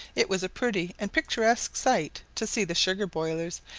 it was a pretty and picturesque sight to see the sugar-boilers,